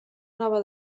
nova